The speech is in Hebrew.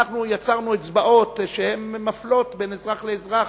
ואנחנו יצרנו אצבעות שמפלות בין אזרח לאזרח.